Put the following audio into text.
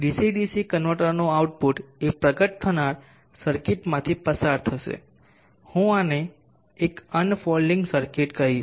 DC DC કન્વર્ટરનું output એક પ્રગટ થનાર સર્કિટમાંથી પસાર થશે હું આને એક અનફોલ્ડિંગ સર્કિટ કહીશ